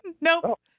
Nope